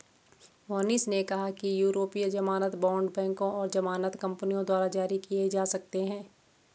मोहनीश ने कहा कि यूरोपीय ज़मानत बॉण्ड बैंकों और ज़मानत कंपनियों द्वारा जारी किए जा सकते हैं